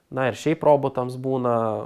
na ir šiaip robotams būna